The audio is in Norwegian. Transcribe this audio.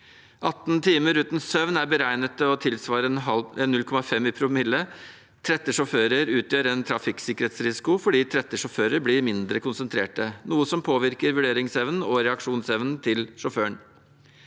18 timer uten søvn er beregnet å tilsvare 0,5 promille. Trette sjåfører utgjør en trafikksikkerhetsrisiko fordi trette sjåfører blir mindre konsentrerte, noe som påvirker vurderingsevnen og reaksjonsevnen til sjåføren.